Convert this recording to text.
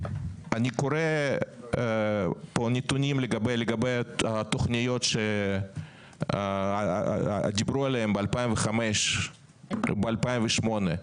אני קורא פה נתונים לגבי התכניות שדיברו עליהם ב-2005 או ב-2008.